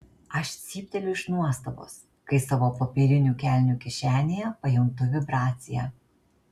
aš cypteliu iš nuostabos kai savo popierinių kelnių kišenėje pajuntu vibraciją